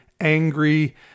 angry